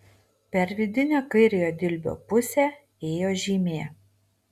per vidinę kairiojo dilbio pusę ėjo žymė